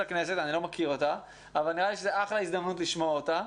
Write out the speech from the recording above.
נראה לי שזו אחלה הזדמנות לשמוע אותה.